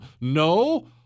No